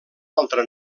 altra